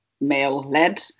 male-led